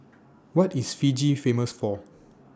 What IS Fiji Famous For